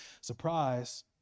surprise